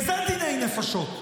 כי זה דיני נפשות,